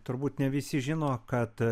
turbūt ne visi žino kad